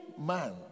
man